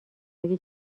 اگه